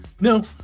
No